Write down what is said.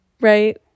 Right